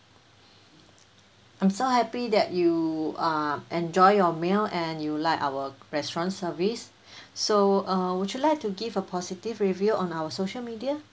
I'm so happy that you uh enjoy your meal and you like our restaurant service so uh would you like to give a positive review on our social media